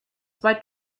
zwei